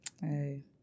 Hey